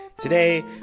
Today